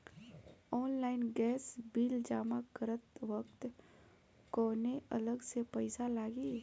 Online gas bill जमा करत वक्त कौने अलग से पईसा लागी?